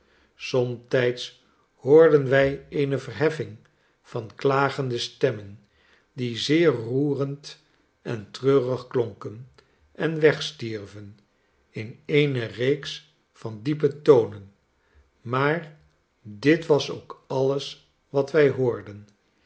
somtijds hoorden wi eene verheffing van klagende stemmen die zeer roerend en treurig klonken en wegstierven in eene reeks van diepe tonen maar dit was ook alles wat wij hoorden